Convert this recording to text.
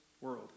world